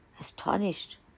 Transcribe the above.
astonished